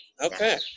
Okay